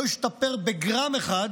לא השתפר בגרם אחד